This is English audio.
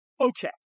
Okay